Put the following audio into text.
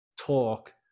talk